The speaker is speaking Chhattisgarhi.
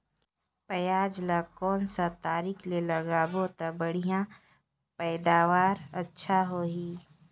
पियाज ला कोन सा तरीका ले लगाबो ता बढ़िया पैदावार अच्छा होही?